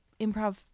improv